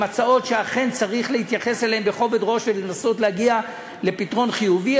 הן הצעות שאכן צריך להתייחס אליהן בכובד ראש ולנסות להגיע לפתרון חיובי,